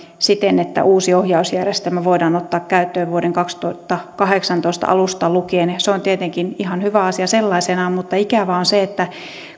siten että uusi ohjausjärjestelmä voidaan ottaa käyttöön vuoden kaksituhattakahdeksantoista alusta lukien ja se on tietenkin ihan hyvä asia sellaisenaan mutta ikävää on se että